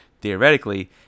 theoretically